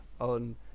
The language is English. on